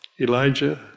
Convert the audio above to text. Elijah